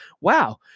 wow